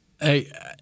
Hey